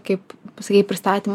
kaip pasakyt pristatymą